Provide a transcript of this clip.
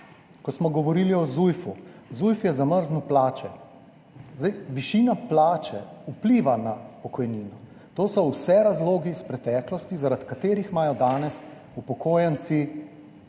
Ko smo govorili o Zujf – Zujf je zamrznil plače. Višina plače vpliva na pokojnino. To so vse razlogi iz preteklosti, zaradi katerih imajo danes upokojenci